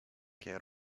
care